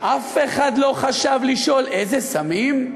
אף אחד לא חשב לשאול איזה סמים?